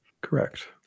Correct